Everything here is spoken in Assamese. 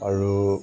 আৰু